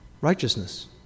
righteousness